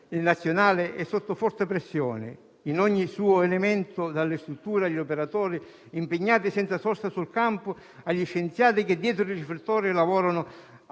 nazionale è sotto forte pressione in ogni suo elemento, dalle strutture agli operatori impegnati senza sosta sul campo, agli scienziati che dietro i riflettori lavorano per